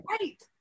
right